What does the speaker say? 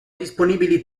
disponibili